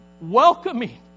Welcoming